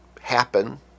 happen